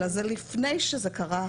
אלא זה לפני שזה קרה,